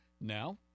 Now